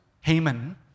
Haman